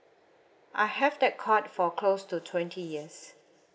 I have that card for close to twenty years